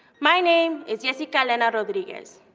my name is yessica elena rodriguez.